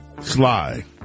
Sly